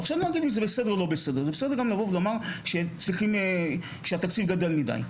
זה בסדר גם לבוא ולומר שהתקציב גדל מידי.